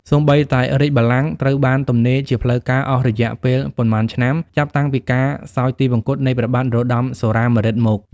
សូម្បីតែរាជបល្ល័ង្កត្រូវបានទំនេរជាផ្លូវការអស់រយៈពេលប៉ុន្មានឆ្នាំចាប់តាំងពីការសោយទីវង្គតនៃព្រះបាទនរោត្តម សុរាម្រិតមក។